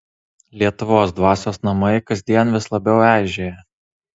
lietuvos dvasios namai kasdien vis labiau eižėja